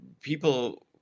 people